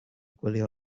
gwylio